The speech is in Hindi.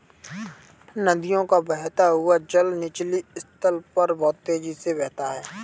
नदियों का बहता हुआ जल निचली सतह पर बहुत तेजी से बहता है